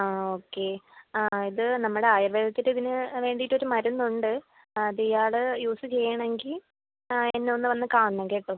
ആ ഓക്കെ ഇത് നമ്മുടെ ആയുർവേദത്തിൻ്റെയിതിന് വേണ്ടിയിട്ടൊരു മരുന്നുണ്ട് അത് ഇയാള് യൂസ് ചെയ്യണമെങ്കിൽ എന്നെ ഒന്ന് വന്ന് കാണണം കേട്ടോ